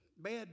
bad